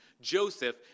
Joseph